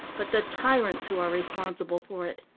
but the tyrants who are responsible for it.